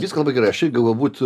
viską labai gerai aš irgi galbūt